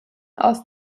auf